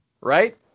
right